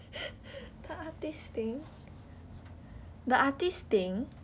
the artist thing the artist thing